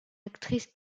actrice